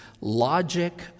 logic